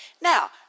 Now